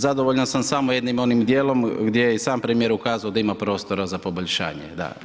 Zadovoljan sam samo jednim onim dijelom gdje je i sam premijer ukazao da ima prostora za poboljšanje, da.